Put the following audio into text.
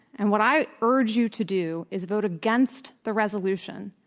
and what i urge you to do is vote against the resolution,